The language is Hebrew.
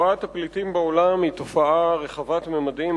תופעת הפליטים בעולם היא תופעה רחבת ממדים.